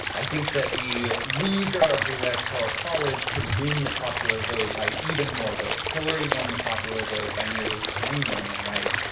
i think that the loser of the electoral college could win the popular vote by even more votes. hillary won the popular vote by nearly three million right.